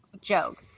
joke